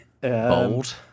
Bold